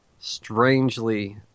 strangely